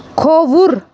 کھووُر